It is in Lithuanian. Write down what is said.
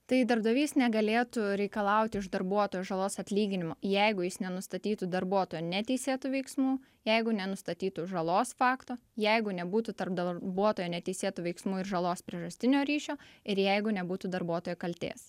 tai darbdavys negalėtų reikalauti iš darbuotojo žalos atlyginimo jeigu jis nenustatytų darbuotojo neteisėtų veiksmų jeigu nenustatytų žalos fakto jeigu nebūtų tarp darbuotojo neteisėtų veiksmų ir žalos priežastinio ryšio ir jeigu nebūtų darbuotojo kaltės